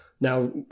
now